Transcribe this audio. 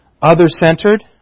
Other-centered